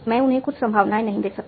मैं उन्हें कुछ संभावनाएँ नहीं दे सकता